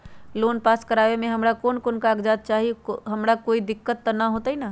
Loan पास करवावे में हमरा कौन कौन कागजात चाही और हमरा कोई दिक्कत त ना होतई?